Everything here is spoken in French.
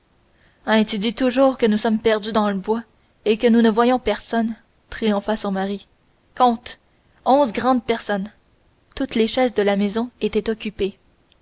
hein tu dis toujours que nous sommes perdus dans le bois et que nous ne voyons personne triompha son mari compte onze grandes personnes toutes les chaises de la maison étaient occupées